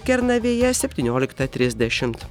kernavėje septynioliktą trisdešimt